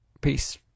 Peace